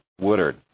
Woodard